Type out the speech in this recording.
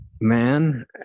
Man